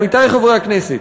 עמיתי חברי הכנסת,